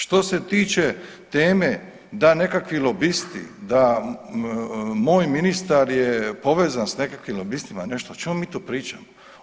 Što se tiče teme da nekakvi lobisti, da moj ministar je povezan s nekakvim lobistima, nešto, o čemu mi tu pričamo?